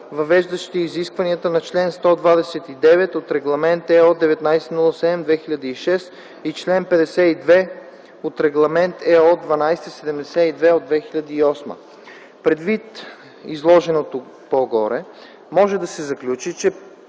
въвеждащи изискванията на чл. 129 от Регламент (ЕО) № 1907/2006, и чл. 52 от Регламент (ЕО) № 1272/2008. Предвид изложеното по-горе, може да се заключи, че